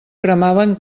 cremaven